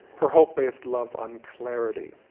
her hope based love un-clarity.